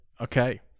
okay